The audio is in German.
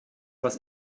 was